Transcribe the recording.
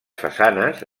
façanes